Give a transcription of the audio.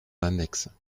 annexes